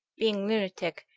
being lunatic,